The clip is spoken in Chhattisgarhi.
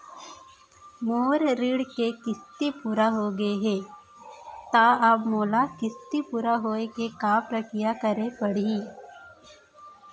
मोर ऋण के किस्ती पूरा होगे हे ता अब मोला किस्ती पूरा होए के का प्रक्रिया करे पड़ही?